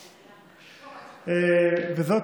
זאת,